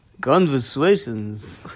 Conversations